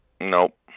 Nope